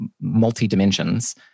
multi-dimensions